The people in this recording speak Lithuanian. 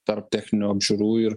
tarp techninių apžiūrų ir